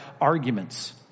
arguments